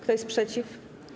Kto jest przeciw?